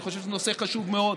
אני חושב שזה נושא חשוב מאוד.